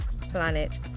planet